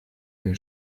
mail